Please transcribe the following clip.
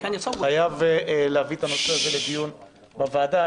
חייב להביא את הנושא הזה לדיון בוועדה.